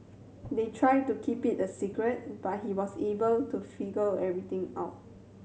they tried to keep it a secret but he was able to figure everything out